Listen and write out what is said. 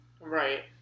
Right